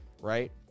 right